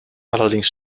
allerdings